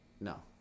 No